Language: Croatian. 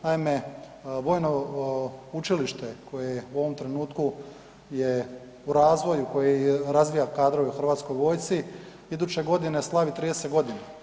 Naime, Vojno učilište koje je u ovom trenutku je u razvoju, koje razvija kadrove u Hrvatskoj vojsci, iduće godine slavi 30 godina.